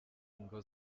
ingo